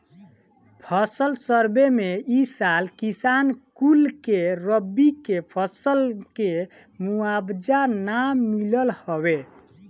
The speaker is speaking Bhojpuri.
फसल सर्वे में ए साल किसान कुल के रबी के फसल के मुआवजा ना मिलल हवे